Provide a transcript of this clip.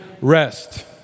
rest